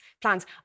plans